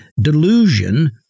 delusion